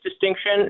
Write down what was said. distinction